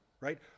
right